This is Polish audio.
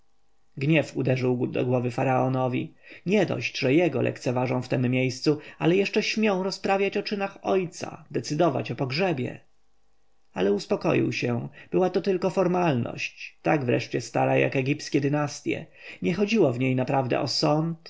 gniew uderzył do głowy faraonowi niedość że jego lekceważą w tem miejscu ale jeszcze śmią rozprawiać o czynach ojca decydować o pogrzebie ale uspokoił się była to tylko formalność tak wreszcie stara jak egipskie dynastje nie chodziło w niej naprawdę o